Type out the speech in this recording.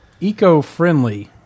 eco-friendly